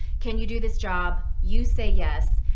can you do this job? you say yes.